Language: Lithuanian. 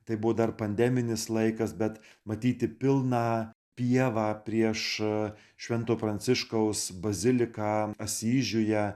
tai buvo dar pandeminis laikas bet matyti pilną pievą prieš švento pranciškaus baziliką asyžiuje